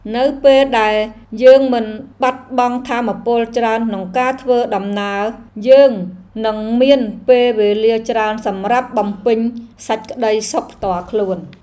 នៅពេលដែលយើងមិនបាត់បង់ថាមពលច្រើនក្នុងការធ្វើដំណើរ យើងនឹងមានពេលវេលាច្រើនសម្រាប់បំពេញសេចក្តីសុខផ្ទាល់ខ្លួន។